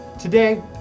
Today